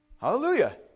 Hallelujah